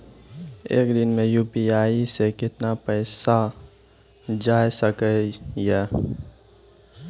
एक दिन मे यु.पी.आई से कितना पैसा जाय सके या?